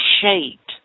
shaped